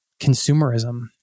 consumerism